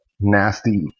nasty